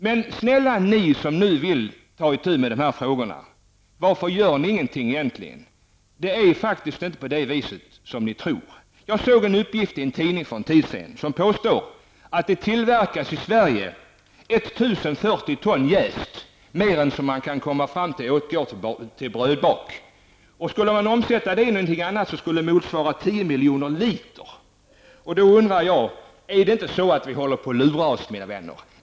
Men snälla ni, som nu vill ta itu med dessa frågor, varför gör ni ingenting? Det förhåller sig faktiskt inte så som ni tror. Enligt en tidningsuppgift tillverkas det i Sverige 1 040 ton jäst mer än vad som kan gå åt till brödbak. Denna siffra motsvarar 10 milj. liter, om man omsätter den till något annat. Då undrar jag: Håller vi inte på att lura oss själva, mina vänner?